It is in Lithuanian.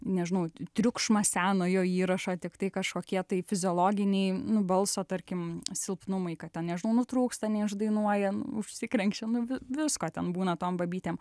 nežinau triukšmas senojo įrašo tiktai kažkokie tai fiziologiniai nu balso tarkim silpnumai kad ten nežinau nutrūksta neišdainuoja užsikrenkščia nu vi visko ten būna tom babytėm